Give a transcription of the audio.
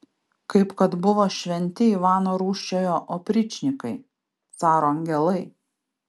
kaip kad buvo šventi ivano rūsčiojo opričnikai caro angelai